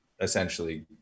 essentially